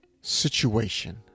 situation